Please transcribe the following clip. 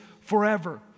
Forever